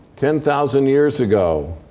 ten thousand years ago